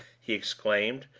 he exclaimed,